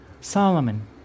Solomon